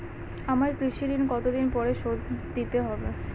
আমার কৃষিঋণ কতদিন পরে শোধ দিতে হবে?